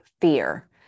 fear